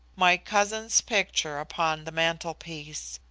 my cousin's picture, upon the mantelpiece.